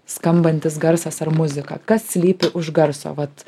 skambantis garsas ar muzika kas slypi už garso vat